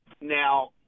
now